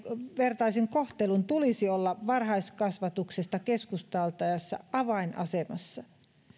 yhdenvertaisen kohtelun tulisi olla varhaiskasvatuksesta keskusteltaessa avainasemassa